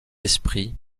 esprits